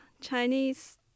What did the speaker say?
Chinese